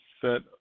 set